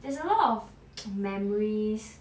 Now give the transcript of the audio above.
there's a lot of memories